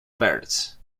birds